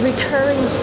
recurring